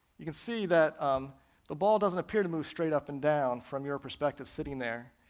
you can see that um the ball doesn't appear to move straight up and down from your perspective sitting there,